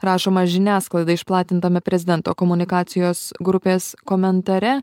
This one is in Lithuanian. rašoma žiniasklaidai išplatintame prezidento komunikacijos grupės komentare